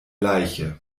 leiche